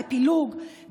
בפילוג,